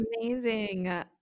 amazing